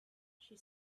she